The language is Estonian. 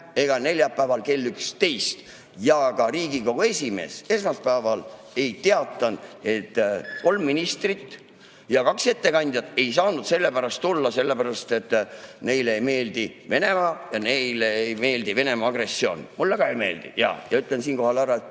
ega neljapäeval kell 11. Ja ka Riigikogu esimees esmaspäeval ei teatanud, et kolm ministrit ja kaks ettekandjat ei saanud sellepärast tulla, et neile ei meeldi Venemaa ja neile ei meeldi Venemaa agressioon. Mulle ka ei meeldi. Jaa. Ütlen siinkohal ära: